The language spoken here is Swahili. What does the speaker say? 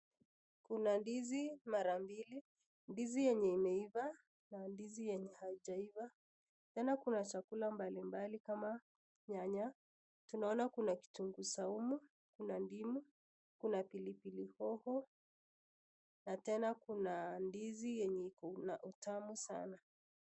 Kuna ndizi mara mbili, ndizi yenye imeiva na ndizi yenye haijaiva. Tena kuna chakula mbalimbali kama nyanya, tunaona kuna kitunguu saumu, kuna ndimu, kuna pilipili hoho na tena kuna ndizi yenye ikona utamu sana.